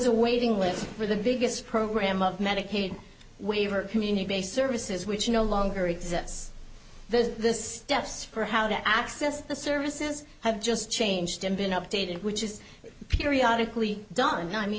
a waiting list for the biggest program of medicaid waiver community based services which no longer exists the steps for how to access the services have just changed and been updated which is periodically done i me